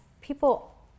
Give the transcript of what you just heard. people